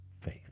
faith